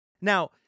now